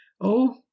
Oh